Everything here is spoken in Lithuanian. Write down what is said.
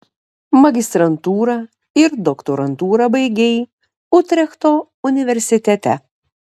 magistrantūrą ir doktorantūrą baigei utrechto universitete